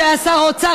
כשהיה שר אוצר,